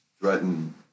threaten